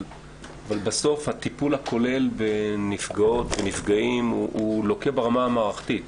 אבל בסוף הטיפול בנפגעות ובנפגעים לוקה ברמה המערכתית.